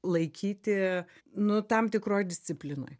laikyti nu tam tikroj disciplinoj